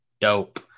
Dope